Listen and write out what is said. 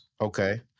okay